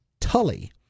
Tully